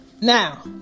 now